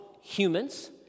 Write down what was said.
humans